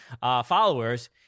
followers